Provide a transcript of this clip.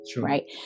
Right